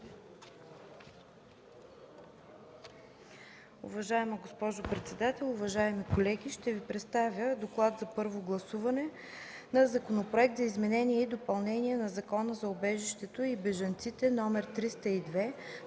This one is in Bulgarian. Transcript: ТОТЕВА:Уважаема госпожо председател, уважаеми колеги. Ще Ви представя „ДОКЛАД за първо гласуване на Законопроект за изменение и допълнение на Закона за убежището и бежанците, №